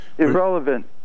irrelevant